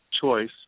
choice